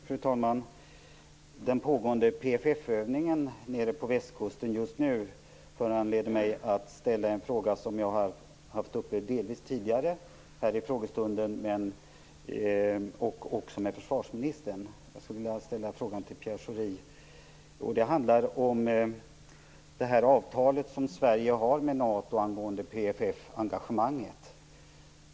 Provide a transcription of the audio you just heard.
Fru talman! Den pågående PFF-övningen på Västkusten just nu föranleder mig att ställa en fråga som jag under en tidigare frågestund delvis haft uppe med försvarsministern. Jag skulle nu vilja rikta frågan till Pierre Schori. Den handlar om det avtal som Sverige har med NATO angående PFF-engagemanget.